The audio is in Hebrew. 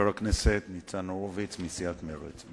בבקשה, חבר הכנסת ניצן הורוביץ מסיעת מרצ.